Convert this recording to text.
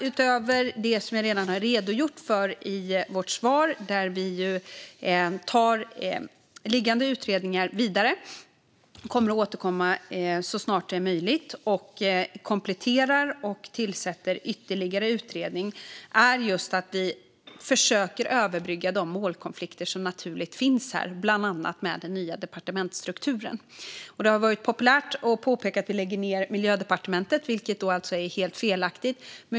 Utöver det jag redan har redogjort för i svaret - att vi tar liggande utredningar vidare, kommer att återkomma så snart det är möjligt och kompletterar och tillsätter ytterligare utredning - försöker vi just överbrygga de naturliga målkonflikter som finns, bland annat genom den nya departementsstrukturen. Det har varit populärt att påpeka att vi lägger ned Miljödepartementet, vilket är helt felaktigt.